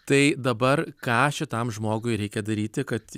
tai dabar ką šitam žmogui reikia daryti kad